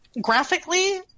graphically